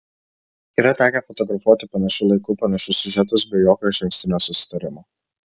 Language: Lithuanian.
yra tekę fotografuoti panašiu laiku panašius siužetus be jokio išankstinio susitarimo